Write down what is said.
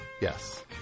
Yes